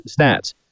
stats